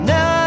Now